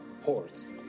horse